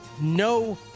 no